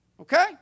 okay